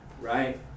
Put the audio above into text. Right